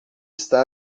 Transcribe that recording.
está